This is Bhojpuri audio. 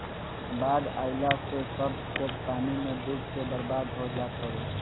बाढ़ आइला से सब खेत पानी में डूब के बर्बाद हो जात हवे